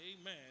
Amen